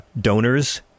donors